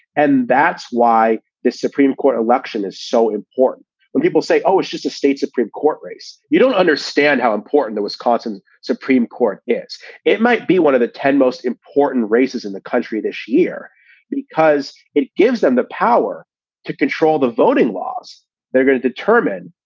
and that's why the supreme court election is so important when people say, oh, it's just a state supreme court race, you don't understand how important it was court and supreme court is it might be one of the ten most important races in the country this year because it gives them the power to control the voting laws they're going to. turbin,